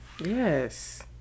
Yes